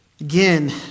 again